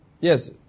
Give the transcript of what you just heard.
Yes